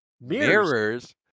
Mirrors